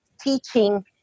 teaching